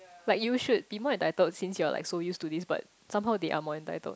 like you should be more entitled since you're like so used to this but somehow they are more entitled